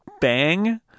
bang